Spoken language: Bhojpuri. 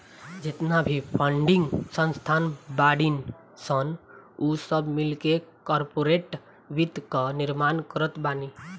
जेतना भी फंडिंग संस्था बाड़ीन सन उ सब मिलके कार्पोरेट वित्त कअ निर्माण करत बानी